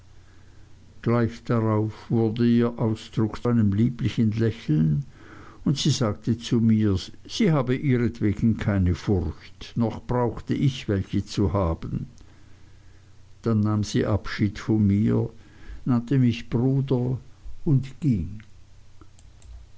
gleich darauf wurde ihr ausdruck zu einem lieblichen lächeln und sie sagte zu mir sie habe ihretwegen keine furcht noch brauchte ich welche zu haben dann nahm sie abschied von mir nannte mich bruder und ging